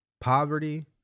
poverty